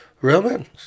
Romance